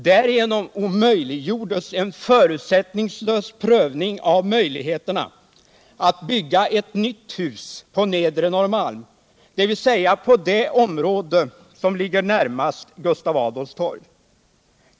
Därigenom omöjliggjordes en förutsättnignslös prövning av möjligheterna att bygga ett nytt hus på nedre Norrmalm, dvs. på det område som ligger närmast Gustav Adolfs torg.